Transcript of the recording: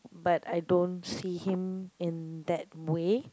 but I don't see him in that way